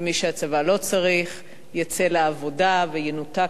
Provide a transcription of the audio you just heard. ומי שהצבא לא צריך יצא לעבודה וינותק